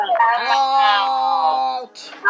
out